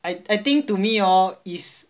I think I think to me hor is